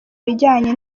bijyanye